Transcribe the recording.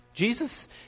Jesus